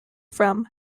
from